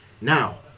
Now